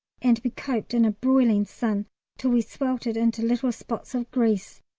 and we coped in a broiling sun till we sweltered into little spots of grease,